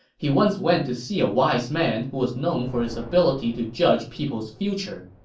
he once went to see a wise man who was known for his ability to judge people's future,